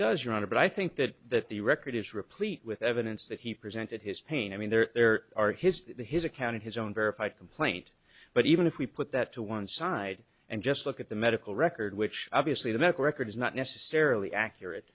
does your honor but i think that that the record is replete with evidence that he presented his pain i mean there are history to his account of his own verified complaint but even if we put that to one side and just look at the medical record which obviously the medical record is not necessarily accurate